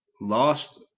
lost